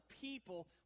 people